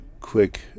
quick